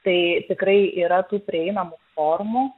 tai tikrai tų yra prieinamų formų